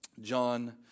John